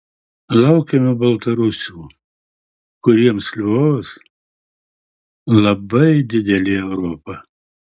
laukiame baltarusių kuriems lvovas labai didelė europa